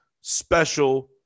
special